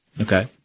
Okay